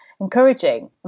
encouraging